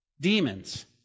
Demons